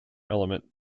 element